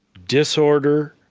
disorder,